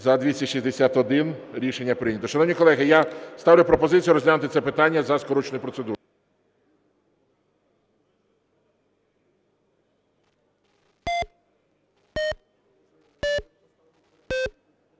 За-237 Рішення прийнято. Шановні колеги, я ставлю пропозицію розглянути це питання за скороченою процедурою.